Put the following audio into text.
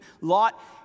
Lot